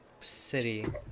city